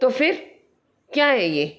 तो फ़िर क्या है ये